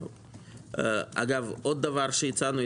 אגב עוד דבר שהצענו,